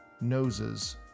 noses